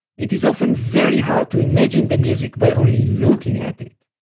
it is often very hard to imagine the music by only looking at it.